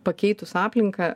pakeitus aplinką